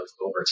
over